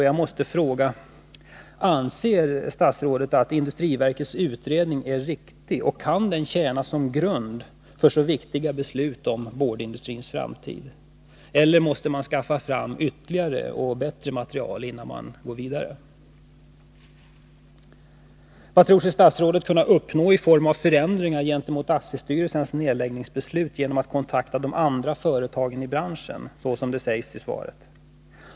Jag måste fråga: Anser statsrådet att industriverkets utredning är riktig? Kan den tjäna som grund för så viktiga beslut om boardindustrins framtid, eller måste man skaffa fram ytterligare och bättre material, innan man går vidare? Vad tror sig statsrådet kunna uppnå i form av förändringar gentemot ASSI-styrelsens nedläggningsbeslut genom att kontakta de andra företagen i branschen, som det sägs i svaret?